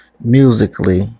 musically